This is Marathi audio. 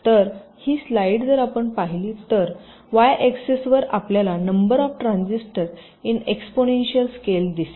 तर ही स्लाइड जर आपण पाहिली तर y एक्सेस वर आपल्याला number of transistor in exponential scale दिसेल